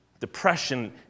depression